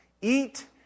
eat